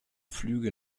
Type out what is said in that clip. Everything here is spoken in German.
flüge